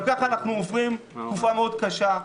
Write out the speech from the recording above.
גם ככה אנחנו עוברים תקופה מאוד קשה.